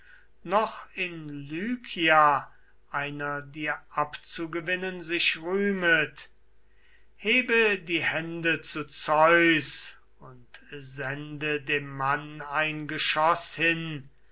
noch in lykia einer dir abzugewinnen sich rühmet hebe die hände zu zeus und sende dem mann ein geschoß hin